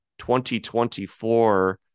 2024